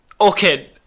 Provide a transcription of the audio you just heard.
Okay